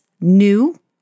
new